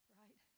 right